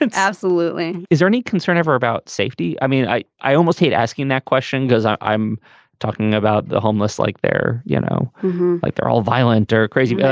and absolutely is there any concern ever about safety. i mean i i almost hate asking that question because i'm talking about the homeless like they're you know like they're all violent or crazy. but